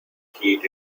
heat